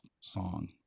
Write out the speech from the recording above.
song